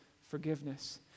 forgiveness